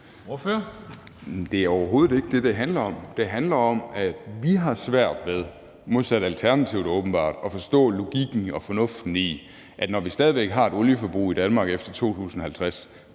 Det er overhovedet ikke det, det handler om. Det handler om, at vi – modsat Alternativet åbenbart – har svært ved at forstå logikken og fornuften i, at vi, når vi stadig har et olieforbrug i Danmark efter 2050,